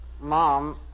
Mom